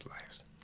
lives